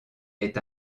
est